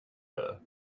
her